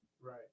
Right